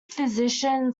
physician